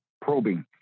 probing